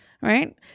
right